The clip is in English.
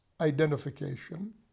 identification